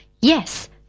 Yes